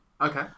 Okay